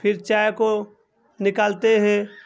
پھر چائے کو نکالتے ہیں